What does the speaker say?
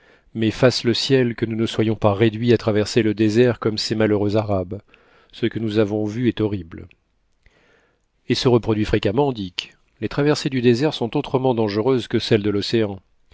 mais fasse le ciel que nous ne soyons pas réduits à traverser le désert comme ces malheureux arabes ce que nous avons vu est horrible et se reproduit fréquemment dick les traversées du désert sont autrement dangereuses que celles de l'océan